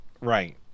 right